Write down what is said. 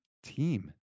team